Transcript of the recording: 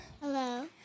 Hello